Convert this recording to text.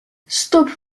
stop